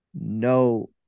no